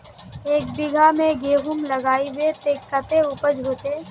एक बिगहा में गेहूम लगाइबे ते कते उपज होते?